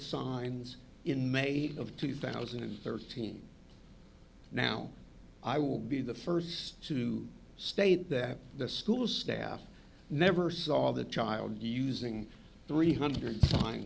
signs in may of two thousand and thirteen now i will be the first to state that the school staff never saw the child using three hundred